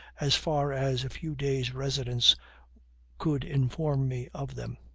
as far as a few days' residence could inform me of them.